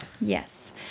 Yes